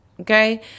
Okay